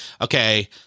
okay